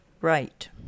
Right